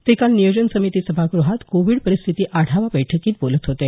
ते काल नियोजन समिती सभागृहात कोविड परिस्थिती आढावा बैठकीत बोलत होते